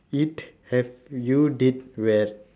it have you did well